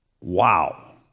Wow